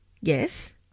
Yes